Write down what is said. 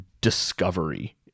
discovery